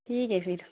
ٹھیک ہے پھر